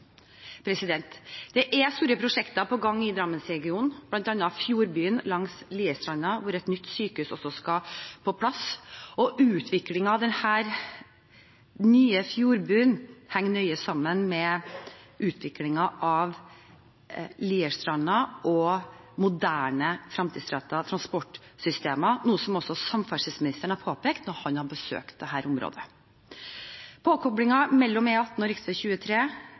Det er store prosjekter på gang i Drammensregionen, bl.a. fjordbyen langs Lierstranda, hvor et nytt sykehus også skal på plass. Utviklingen av den nye fjordbyen henger nøye sammen med utviklingen av Lierstranda og et moderne, fremtidsrettet transportsystem, noe som også samferdselsministeren har påpekt når han har besøkt dette området. Påkoblingen mellom E18 og rv. 23